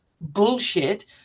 bullshit